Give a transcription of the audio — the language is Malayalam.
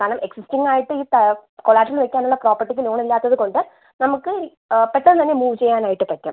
കാരണം എക്സിസ്റ്റിംഗ് ആയിട്ട് ഈ കൊളാപ്സിൽ വയ്ക്കാനുള്ള പ്രോപ്പർട്ടിക്ക് ലോൺ ഇല്ലാത്തത് കൊണ്ട് നമ്മൾക്ക് പെട്ടെന്ന് തന്നെ മൂവ് ചെയ്യാനായിട്ട് പറ്റും